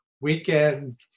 weekend